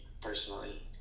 personally